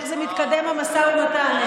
איך מתקדם המשא ומתן?